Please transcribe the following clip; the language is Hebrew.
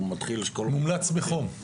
מומלץ בחום.